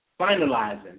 finalizing